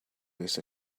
this